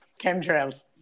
chemtrails